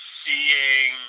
seeing